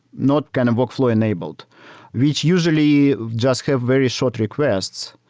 not kind of workflow-enabled, which usually just have very short requests,